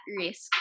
risk